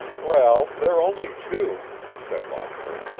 well, they're only two, said lockhart.